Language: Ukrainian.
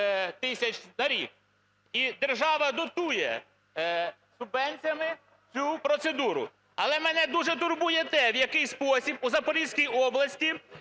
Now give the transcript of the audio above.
тисяч на рік. І держава датує субвенціями цю процедуру. Але мене дуже турбує те, в який спосіб у Запорізькій області